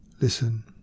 Listen